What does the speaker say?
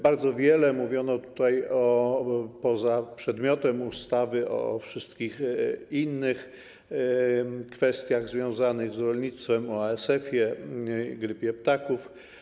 Bardzo wiele mówiono tutaj poza przedmiotem ustawy o wszystkich innych kwestiach związanych z rolnictwem, o ASF-ie, grypie ptaków.